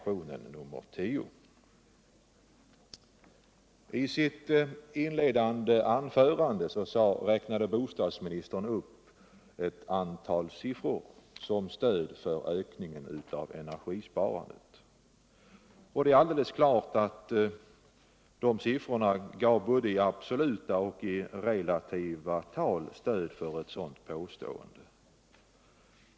I sitt inledningsanförande räknade bostadsministern upp ett antal siffror som stöd för talet om ökningen av energisparandet. Det är alldeles klart att de siffrorna i både absoluta och relativa tal gav stöd för ett sådant påstående.